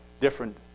different